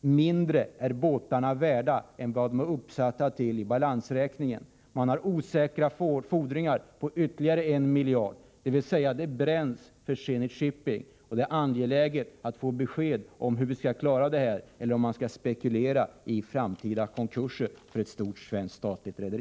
mindre än det värde som tagits upp i balansräkningen. Företaget har osäkra fordringar på ytterligare 1 miljard, dvs. det bränns för Zenit Shipping, och det är angeläget att få besked om huruvida vi kan klara verksamheten eller om man skall spekulera i framtida konkurs för ett stort svenskt, statligt rederi.